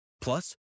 Plus